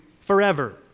forever